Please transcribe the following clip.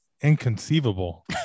inconceivable